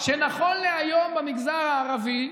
אני אומר לכם שנכון להיום למגזר הערבי,